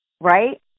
right